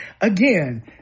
Again